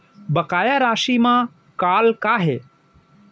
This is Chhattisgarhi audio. बकाया राशि मा कॉल का हे?